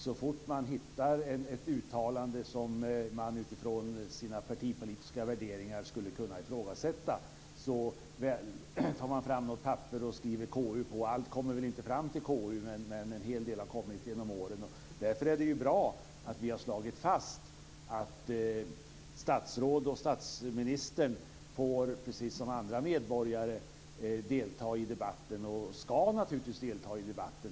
Så fort man hittar ett uttalande som man utifrån sina partipolitiska värderingar skulle kunna ifrågasätta tar man fram ett papper där man skriver "KU". Allt kommer väl inte fram till KU, men en hel del har kommit genom åren. Därför är det bra att vi har slagit fast att statsråd och statsministern precis som andra medborgare får delta i debatten och naturligtvis också ska delta i debatten.